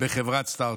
בחברת סטרטאפ.